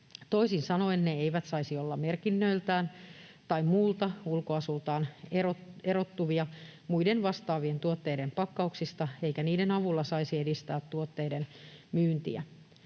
toisin sanoen ne eivät saisi olla merkinnöiltään tai muulta ulkoasultaan erottuvia muiden vastaavien tuotteiden pak-kauksista eikä niiden avulla saisi edistää tuotteiden myyntiä.